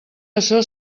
açò